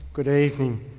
good evening.